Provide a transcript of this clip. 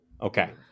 Okay